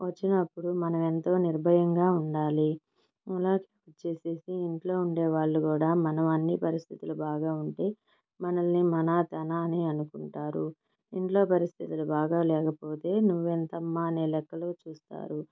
వచ్చినప్పుడు మనమెంతో నిర్భయంగా ఉండాలి ఇలా వచ్చేసేసి ఇంట్లో ఉండే వాళ్ళు కూడా మనం అన్ని పరిస్థితులు బాగా ఉంటే మనల్ని మనా తనా అనుకుంటారు ఇంట్లో పరిస్థితులు బాగా లేకపోతే నువ్వెంతమ్మ అనే లెక్కలో చూస్తారు